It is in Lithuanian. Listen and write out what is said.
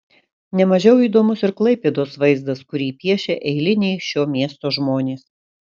ne mažiau įdomus ir klaipėdos vaizdas kurį piešia eiliniai šio miesto žmonės